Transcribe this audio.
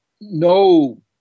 no